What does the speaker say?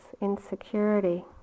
insecurity